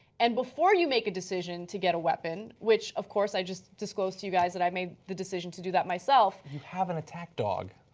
and before you make a decision to get a weapon, which of course i just disclosed you guys that i made the decision to do that myself. you have an attack dog.